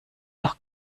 doch